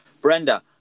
Brenda